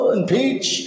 Impeach